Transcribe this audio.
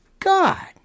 God